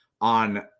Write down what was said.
on